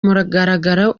mugaragaro